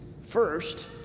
first